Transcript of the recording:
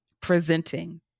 presenting